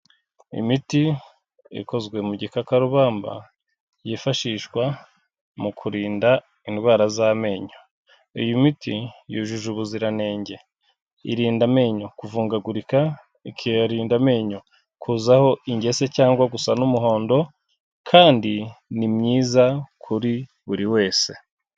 Imiti ikozwe mu gikakarubamba yifashishwa mu kurinda indwara z'amenyo. Iyo miti yujuje ubuziranenge, irinda amenyo kuvungagurika, ikarinda amenyo kuzaho ingese cyangwa gusa n'umuhondo kandi ni myiza kuri buri wese.